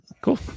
Cool